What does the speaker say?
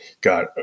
got